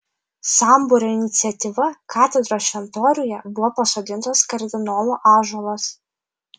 sambūrio iniciatyva katedros šventoriuje buvo pasodintas kardinolo ąžuolas